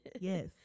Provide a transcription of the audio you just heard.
Yes